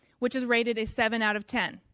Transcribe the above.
which is rated a seven out of ten.